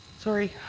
sorry.